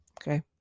okay